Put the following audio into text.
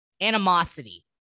animosity